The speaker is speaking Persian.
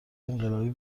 انقلابی